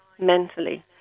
mentally